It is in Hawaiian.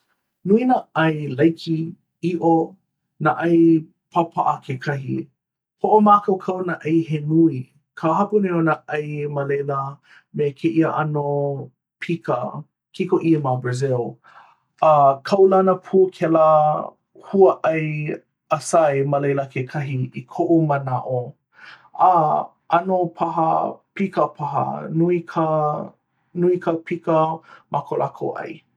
nui nā ʻai laikī, ʻiʻo. nā ʻai pāpapa kekahi hoʻomākaukau nā ʻai he nui ka hapa nui o nā ʻai ma laila me kēia ʻano pika kikoʻī ma brazil. a kaulana pū kēlā hua ʻai acai ma laila kekahi, i koʻu manaʻo a ʻono paha, pika paha, nui ka nui ka pika ma kō lākou ʻai.